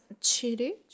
chili